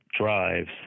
drives